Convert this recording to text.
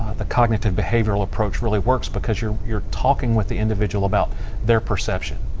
the cognitive behavioral approach really work because you're you're talking with the individual about their perception,